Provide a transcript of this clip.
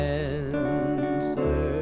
answer